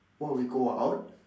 oh we go out